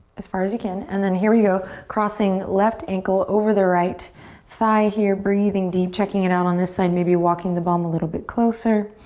as far as you can. and then here we go, crossing left ankle over the right thigh here, breathing deep, checking it out on this side, maybe walking the bum a little bit closer.